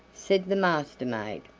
said the master-maid.